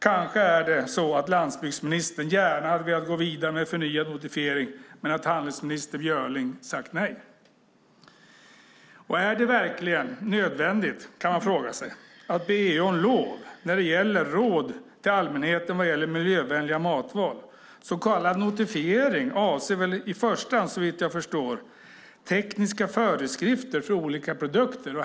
Kanske är det så att landsbygdsministern gärna hade velat gå vidare med förnyad notifiering men att handelsminister Björling har sagt nej. Är det verkligen nödvändigt, kan man fråga sig, att be EU om lov när det gäller råd till allmänheten om miljövänliga matval? Så kallade notifiering avser i första hand såvitt jag förstår tekniska föreskrifter för olika produkter?